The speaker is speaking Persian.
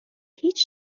هیچ